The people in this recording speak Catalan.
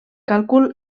càlcul